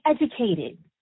educated